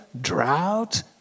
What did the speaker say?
drought